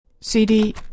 CD